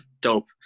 Dope